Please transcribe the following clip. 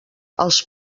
els